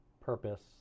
purpose